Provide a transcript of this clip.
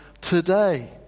today